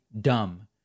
dumb